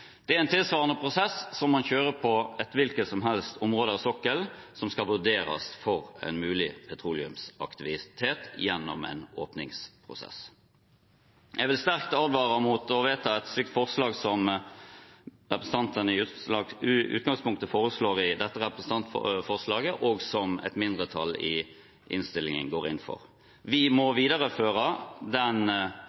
Det er en tilsvarende prosess som man kjører på et hvilket som helst område på sokkelen som skal vurderes for en mulig petroleumsaktivitet gjennom en åpningsprosess. Jeg vil sterkt advare mot å vedta et slikt forslag som representantene i utgangspunktet foreslår i dette representantforslaget, og som et mindretall i innstillingen går inn for. Vi må